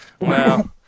Wow